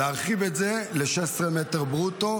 להרחיב את זה ל-16 מטר ברוטו,